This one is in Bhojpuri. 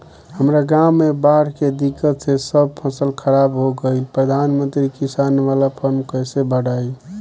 हमरा गांव मे बॉढ़ के दिक्कत से सब फसल खराब हो गईल प्रधानमंत्री किसान बाला फर्म कैसे भड़ाई?